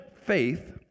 faith